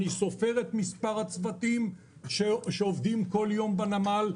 אני סופר את מספר הצוותים שעובדים כל יום בנמל.